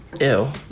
Ew